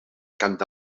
canta